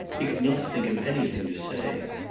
he could not think of anything to say.